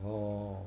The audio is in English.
oh